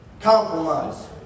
Compromise